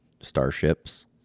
starships